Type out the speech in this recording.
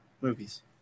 movies